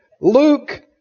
Luke